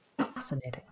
Fascinating